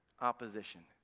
opposition